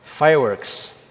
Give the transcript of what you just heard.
Fireworks